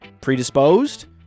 predisposed